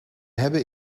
hebben